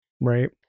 Right